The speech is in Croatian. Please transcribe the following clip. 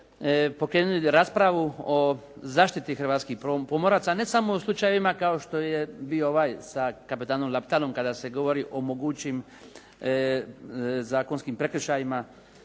pokrenuli raspravu o zaštiti hrvatskih pomoraca ne samo u slučajevima kao što je bio ovaj sa kapetanom Laptalom kada se govori o mogućim zakonskim prekršajima